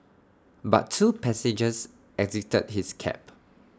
but two passengers exited his cab